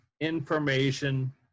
information